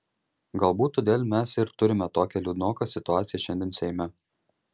galbūt todėl mes ir turime tokią liūdnoką situaciją šiandien seime